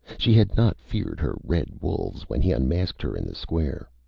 she had not feared her red wolves, when he unmasked her in the square.